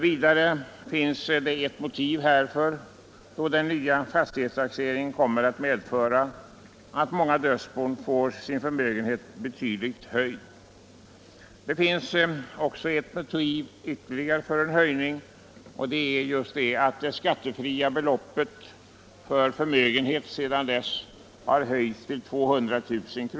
Ett annat motiv är att den nya fastighetstaxeringen kommer att medföra att många dödsbon får sin förmögenhet betydligt höjd. Ytterligare ett motiv för en höjning är att det skattepliktiga beloppet för förmögenhet sedan de nuvarande bestämmelsernas tillkomst har höjts till 200 000 kr.